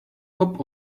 hop